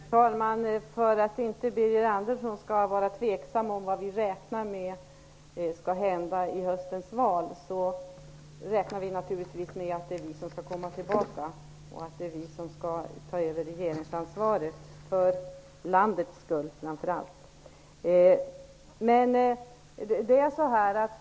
Herr talman! För att inte Birger Andersson skall vara tveksam om vad vi räknar med skall hända i höstens val vill jag säga att vi naturligtvis räknar med att komma tillbaka och ta över regeringsansvaret. Detta behövs framför allt för landets skull.